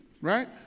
right